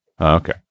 Okay